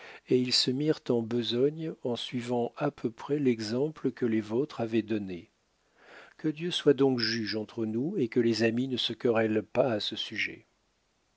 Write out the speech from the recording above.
et ils se mirent en besogne en suivant à peu près l'exemple que les vôtres avaient donné que dieu soit donc juge entre nous et que les amis ne se querellent pas à ce sujet